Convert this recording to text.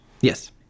Yes